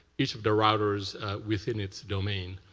each of the routers within its domain.